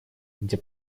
где